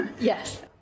Yes